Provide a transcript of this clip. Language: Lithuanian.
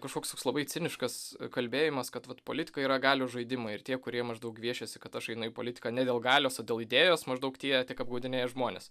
kažkoks toks labai ciniškas kalbėjimas kad vat politikoje yra galios žaidimai ir tie kurie maždaug gviešiasi kad aš einu į politiką ne dėl galios o dėl idėjos maždaug tiek tik apgaudinėja žmones